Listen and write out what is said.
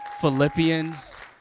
Philippians